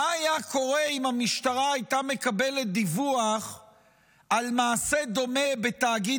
מה היה קורה אם המשטרה הייתה מקבלת דיווח על מעשה דומה בתאגיד